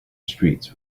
streets